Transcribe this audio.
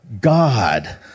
God